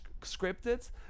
scripted